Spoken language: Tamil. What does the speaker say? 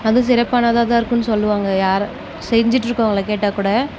அதுவும் சிறப்பானதாக தான் இருக்குனு சொல்லுவாங்க யாரும் செஞ்சிகிட்டு இருக்கவங்கள கேட்டால் கூட